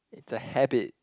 it's a habit